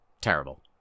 terrible